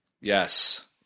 Yes